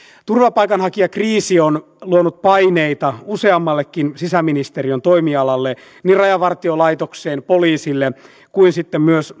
turvapaikanhakijakriisi on luonut paineita useammallekin sisäministeriön toimialalle niin rajavartiolaitokselle poliisille kuin myös